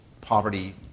poverty